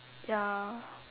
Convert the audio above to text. ya